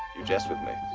you jest with me.